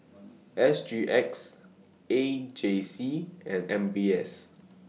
S G X A J C and M B S